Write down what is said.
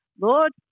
Lord